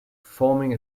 forming